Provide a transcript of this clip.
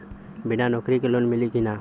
बिना नौकरी के लोन मिली कि ना?